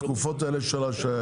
בתקופות האלה של ההשהיה,